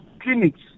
Clinics